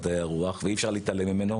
במוסדות להשכלה גבוהה בישראל.